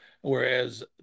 Whereas